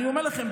אני אומר לכם,